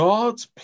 God's